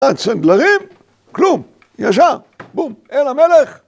‫מט סנדלרים, כלום, ישר. ‫בום, אל המלך.